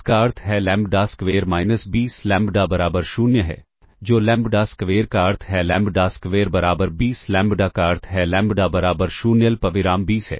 इसका अर्थ है लैम्ब्डा स्क्वेर माइनस 20 लैम्ब्डा बराबर 0 है जो लैम्ब्डा स्क्वेर का अर्थ है लैम्ब्डा स्क्वेर बराबर 20 लैम्ब्डा का अर्थ है लैम्ब्डा बराबर 0 अल्पविराम 20 है